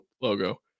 logo